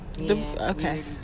Okay